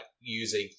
using